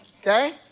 okay